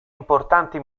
importanti